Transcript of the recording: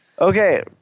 Okay